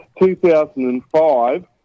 2005